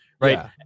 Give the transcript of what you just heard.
Right